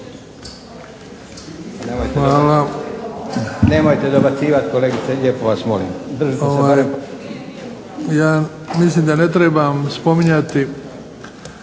Hvala.